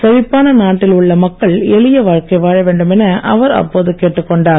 செழிப்பான நாட்டில் உள்ள மக்கள் எளிய வாழ்க்கை வாழ வேண்டும் என அவர் அப்போது கேட்டுக் கொண்டார்